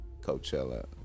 Coachella